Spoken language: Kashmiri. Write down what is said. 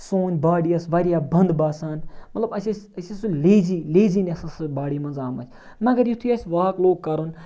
سٲنۍ باڈی ٲسۍ واریاہ بنٛد باسان مطلب اَسہِ ٲسۍ أسۍ ٲسۍ سُہ لیزی لیزیٖنٮ۪س ٲس سۄ باڈی منٛز آمٕژ مگر یُتھُے اَسہِ واک لوگ کَرُن